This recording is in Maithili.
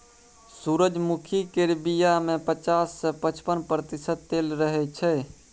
सूरजमुखी केर बीया मे पचास सँ पचपन प्रतिशत तेल रहय छै